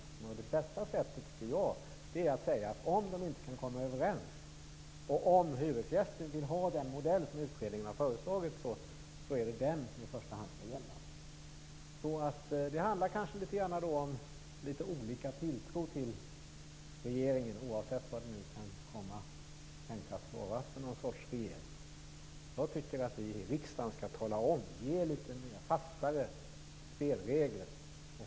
Jag tycker att det bästa sättet är att säga att om man inte kan komma överens och om hyresgästen vill ha den modell som utredningen har föreslagit, skall i första hand den gälla. Det handlar alltså om litet olika tilltro till regeringen, oavsett vilket slags regeringen det kan tänkas bli. Jag tycker att vi i riksdagen skall ge litet fastare spelregler.